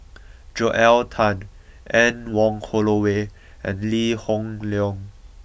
Joel Tan Anne Wong Holloway and Lee Hoon Leong